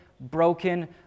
broken